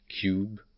cube